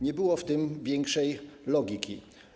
Nie było w tym większej logiki.